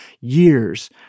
years